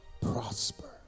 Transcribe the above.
prosper